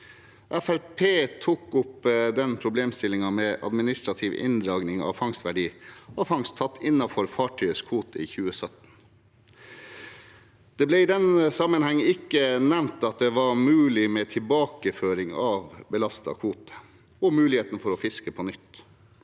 tok opp problemstillingen med administrativ inndragning av fangstverdi av fangst tatt innenfor fartøyets kvote, i 2017. Det ble i den sammenheng ikke nevnt at det var mulig med tilbakeføring av belastet kvote og mulig å fiske på nytt.